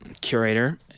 curator